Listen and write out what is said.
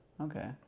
Okay